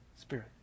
Spirit